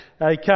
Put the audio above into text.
Okay